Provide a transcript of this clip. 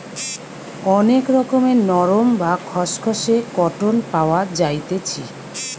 অনেক রকমের নরম, বা খসখসে কটন পাওয়া যাইতেছি